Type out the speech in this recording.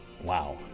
Wow